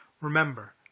remember